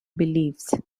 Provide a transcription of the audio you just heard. beliefs